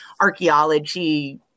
archaeology